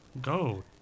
Go